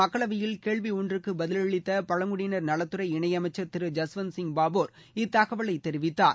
மக்களவையில் கேள்வி ஒன்றுக்கு பதிலளித்த பழங்குடியினர் நலத்துறை இணையமைச்சர் திரு ஜஸ்வந்த் சிங் பாபோர் இத்தகவலை தெரிவித்தார்